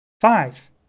Five